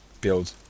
build